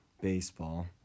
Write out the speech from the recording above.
baseball